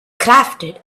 crafted